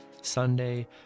Sunday